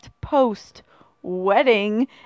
post-wedding